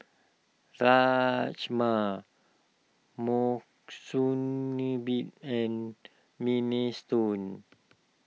Rajma Monsunabe and Minestrone